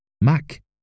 Mac